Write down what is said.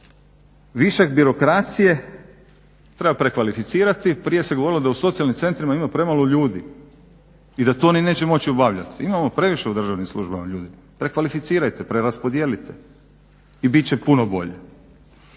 Višak birokracije treba prekvalificirati. Prije se govorilo da u socijalnim centrima ima premalo ljudi i da to oni neće moći obavljati. Imamo previše u državnim službama ljudi, prekvalificirajte, preraspodijelite i bit će puno bolje.